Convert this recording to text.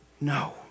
No